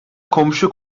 komşu